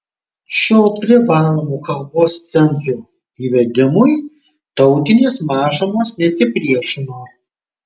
šio privalomo kalbos cenzo įvedimui tautinės mažumos nesipriešino